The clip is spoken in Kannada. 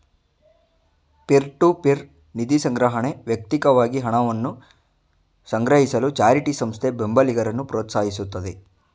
ಪಿರ್.ಟು.ಪಿರ್ ನಿಧಿಸಂಗ್ರಹಣೆ ವ್ಯಕ್ತಿಕವಾಗಿ ಹಣವನ್ನ ಸಂಗ್ರಹಿಸಲು ಚಾರಿಟಿ ಸಂಸ್ಥೆ ಬೆಂಬಲಿಗರನ್ನ ಪ್ರೋತ್ಸಾಹಿಸುತ್ತೆ